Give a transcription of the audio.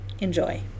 Enjoy